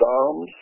psalms